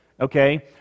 Okay